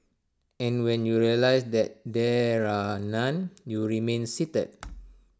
and when you realise that there are none you remain seated